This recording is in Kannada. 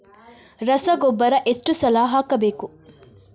ರಸಗೊಬ್ಬರ ಎಷ್ಟು ಸಲ ಹಾಕಬೇಕು?